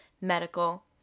medical